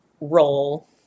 role